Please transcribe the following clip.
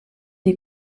des